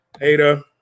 Ada